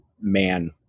man